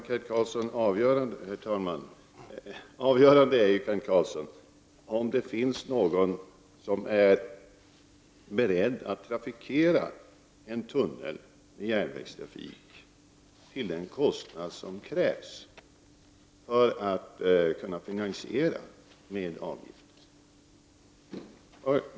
Herr talman! Avgörande, Kent Carlsson, är om det finns någon som är beredd att trafikera en tunnel med järnvägstrafik till den kostnad som uppstår vid finansiering med avgifter.